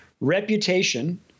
Reputation